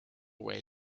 way